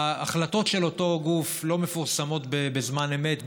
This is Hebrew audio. ההחלטות של אותו גוף לא מפורסמות בזמן אמת,